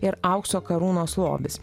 ir aukso karūnos lobis